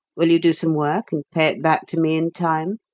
will you do some work and pay it back to me in time?